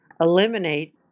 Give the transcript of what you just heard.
eliminate